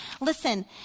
Listen